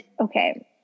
okay